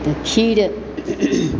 तऽ खीर